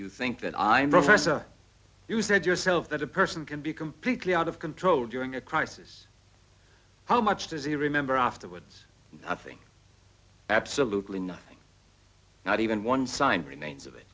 first you said yourself that a person can be completely out of control during a crisis how much does he remember afterwards i think absolutely nothing not even one sign remains of it